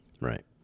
Right